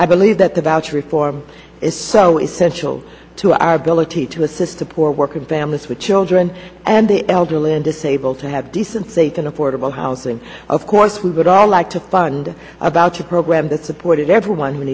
i believe that the voucher reform is so essential to our ability to assist the poor working families with children and the elderly and disabled to have decent safe and affordable housing of course we would all like to fund about a program that supported everyone wh